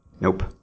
Nope